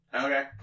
Okay